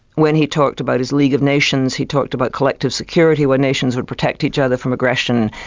when he talked about his league of nations, he talked about collective security, where nations would protect each other from aggression.